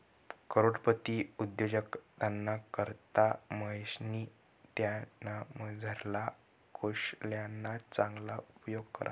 करोडपती उद्योजकताना करता महेशनी त्यानामझारला कोशल्यना चांगला उपेग करा